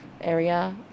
area